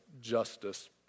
justice